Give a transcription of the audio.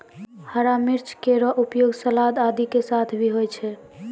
हरा मिर्च केरो उपयोग सलाद आदि के साथ भी होय छै